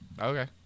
Okay